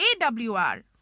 AWR